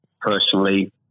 personally